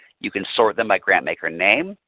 you can sort them by grant maker name,